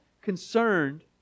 concerned